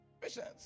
Patience